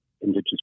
Indigenous